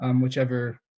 whichever